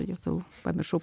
jėzau pamiršau